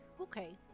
okay